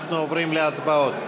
אנחנו עוברים להצבעות.